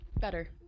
Better